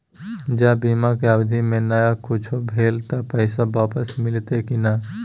ज बीमा के अवधि म नय कुछो भेल त पैसा वापस मिलते की नय?